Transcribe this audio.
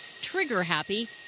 trigger-happy